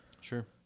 Sure